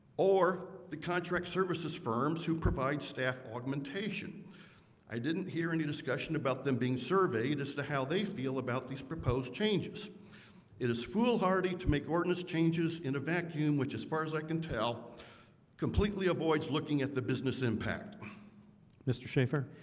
or the contract services firms who provide staff augmentation i didn't hear any discussion about them being surveyed as to how they feel about these proposed changes it is foolhardy to make ordinance changes in a vacuum, which as far as i can tell completely avoids looking at the business impact mr. schaefer